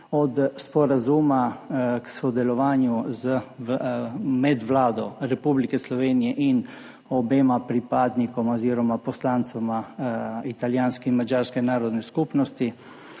od sporazuma o sodelovanju med Vlado Republike Slovenije in obema pripadnikoma oziroma poslancema italijanske in madžarske narodne skupnosti.